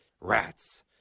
rats